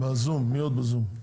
מי עוד בזום?